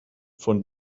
von